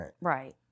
Right